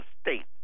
state